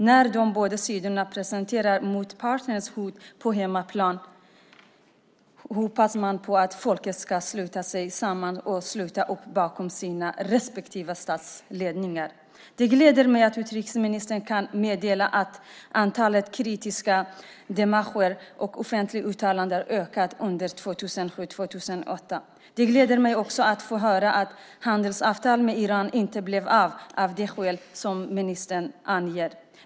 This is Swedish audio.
När de båda sidorna presenterar motpartens hot på hemmaplan hoppas man att folket ska sluta sig samman och sluta upp bakom sina respektive statsledningar. Det gläder mig att utrikesministern kan meddela att antalet kritiska démarcher och offentliga uttalanden ökat under 2007 och 2008. Det gläder mig också att få höra att handelsavtalet med Iran inte blev av av det skälet som ministern anger.